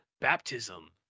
baptism